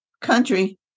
country